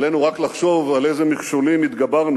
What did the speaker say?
עלינו רק לחשוב על איזה מכשולים התגברנו